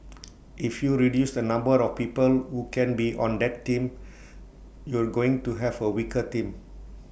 if you reduce the number of people who can be on that team you're going to have A weaker team